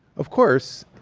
of course.